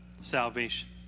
salvation